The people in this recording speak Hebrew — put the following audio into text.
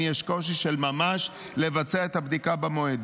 יש קושי של ממש לבצע את הבדיקה במועד.